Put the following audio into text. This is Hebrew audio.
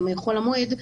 ימי חול המועד,